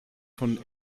von